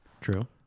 True